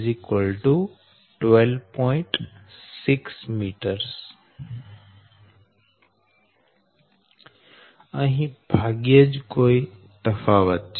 6 m અહી ભાગ્યે જ કોઈ તફાવત છે